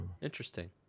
Interesting